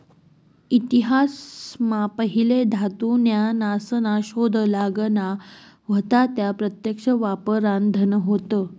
इतिहास मा पहिले धातू न्या नासना शोध लागना व्हता त्या प्रत्यक्ष वापरान धन होत